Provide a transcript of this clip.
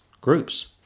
groups